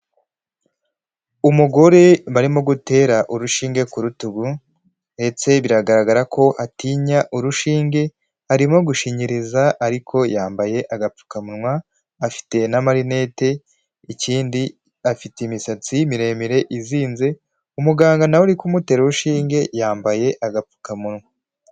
Umugore barimo gutera urushinge ku rutugu, ndetse biragaragara ko atinya urushinge, arimo gushinyiriza ariko yambaye agapfukamunwa, afite n'amarinete, ikindi afite imisatsi miremire izinze, umuganga nawe uri kumutera urushinge yambaye agapfukamunwa.